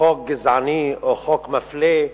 חוק גזעני או חוק מפלה,